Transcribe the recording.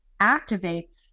activates